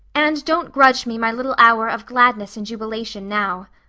and don't grudge me my little hour of gladness and jubilation now.